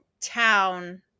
town